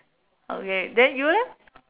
okay then you leh